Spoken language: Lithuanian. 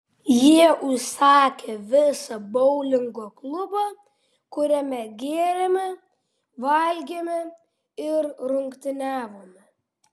jie užsakė visą boulingo klubą kuriame gėrėme valgėme ir rungtyniavome